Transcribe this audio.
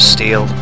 Steel